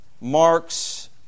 marks